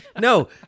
no